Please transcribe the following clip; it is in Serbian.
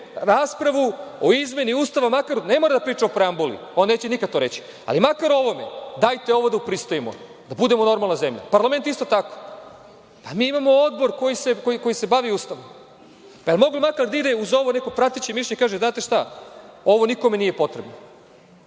raspravu o izmeni Ustava, ne mora da priča o preambuli, on neće nikada to reći, ali makar o ovome, dajte ovo da upristojimo, da budemo normalna zemlja. Parlament isto tako. Imamo odbor koji se bavi Ustavom, jel je moglo da ide uz ovo neko prateće mišljenje i da se kaže - znate šta, ovo nikome nije potrebno. Imajući